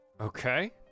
Okay